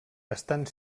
estant